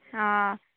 ᱚᱻ